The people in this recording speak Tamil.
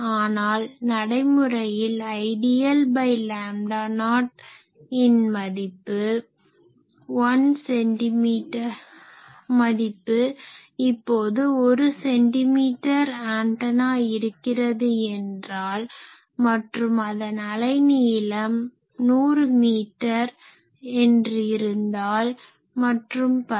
ஆனால் நடைமுறையில் Idl0 இன் மதிப்பு இப்போது 1 cm ஆன்டனா இருக்கிறது என்றால் மற்றும் அதன் அலைநீளம் 100 மீட்டர் மற்றும் பல